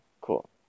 cool